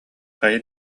хайа